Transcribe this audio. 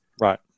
Right